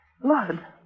Blood